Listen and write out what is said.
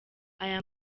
aya